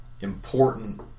important